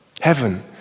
Heaven